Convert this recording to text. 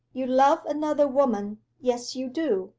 you love another woman yes, you do.